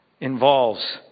involves